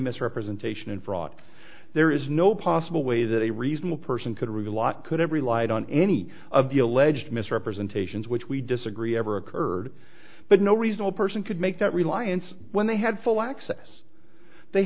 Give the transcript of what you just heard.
misrepresentation and fraud there is no possible way that a reasonable person could really lot could have relied on any of the alleged misrepresentations which we disagree ever occurred but no reasonable person could make that reliance when they had full access they